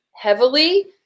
heavily